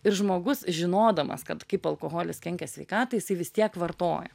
ir žmogus žinodamas kad kaip alkoholis kenkia sveikatai jisai vis tiek vartoja